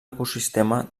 ecosistema